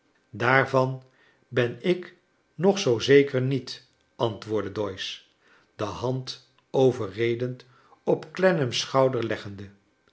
daarvan ben ik nog zoo zeker niet antwoordde doyce de hand overredend op clennam s schouder leggende